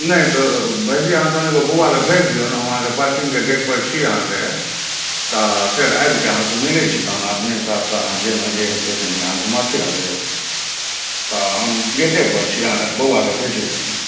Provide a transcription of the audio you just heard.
नहि तऽ भायजी अहाँ तऽ ने बौआके भेज दियौ ने हम अहाँके पार्किंगके गेटपर छी अहाँके तऽ फेर आबिके अहाँसँ मिलय छी तहन अपने हिसाबसँ अहाँ जेना जे हेतय कनी अहाँ घुमा फिरा देब तऽ हम गेटेपर छी अहाँ बौआके भेजू कनी